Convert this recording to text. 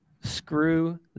Screw